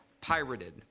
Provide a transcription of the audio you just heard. pirated